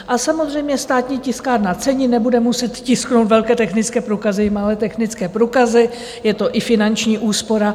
A samozřejmě, Státní tiskárna cenin nebude muset tisknout velké technické průkazy, malé technické průkazy, je to i finanční úspora.